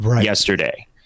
yesterday